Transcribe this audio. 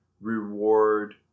reward